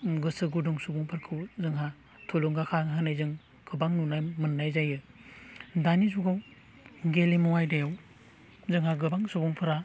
गोसो गुदुं सुबुंफोरखौ जोंहा थुलुंगाखां होनायजों गोबां नुनो मोननाय जायो दानि जुगाव गेलेमु आयदायाव जोंहा गोबां सुबुंफोरा